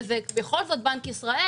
וזה בכל זאת בנק ישראל,